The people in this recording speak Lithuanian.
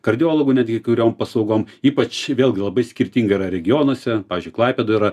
kardiologų netgi kuriom paslaugom ypač vėlgi labai skirtingai yra regionuose pavyzdžiui klaipėdoj yra